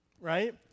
right